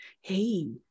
hey